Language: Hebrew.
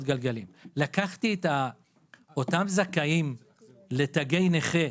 גלגלים - לקחתי את אותם זכאים לתגי נכה,